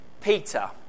Peter